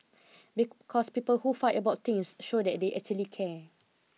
because people who fight about things show that they actually care